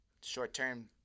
short-term